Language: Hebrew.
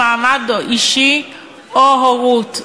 מעמד אישי או הורות,